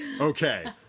Okay